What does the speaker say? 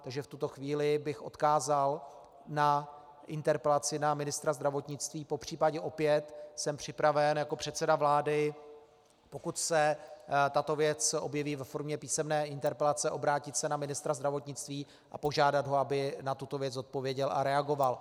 Takže v tuto chvíli bych odkázal na interpelaci na ministra zdravotnictví, popřípadě opět jsem připraven se jako předseda vlády, pokud se tato věc objeví ve formě písemné interpelace, obrátit na ministra zdravotnictví a požádat ho, aby na tuto věc odpověděl a reagoval.